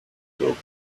took